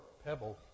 Pebble